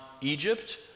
Egypt